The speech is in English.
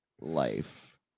life